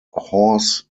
horse